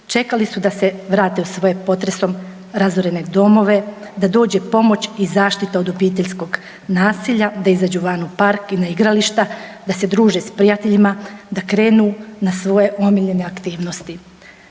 čekali su da se vrate u svoje potresom razorene domove, da dođe pomoć i zaštita od obiteljskog nasilja, da izađu van u park i na igrališta, da se druže sa prijateljima, da krenu na svoje omiljene aktivnosti.